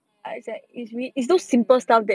mm